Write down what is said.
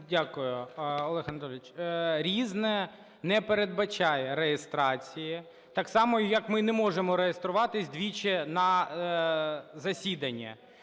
Дякую, Олег Анатолійович. "Різне" не передбачає реєстрації, так само, як ми не можемо реєструватися двічі на засіданні.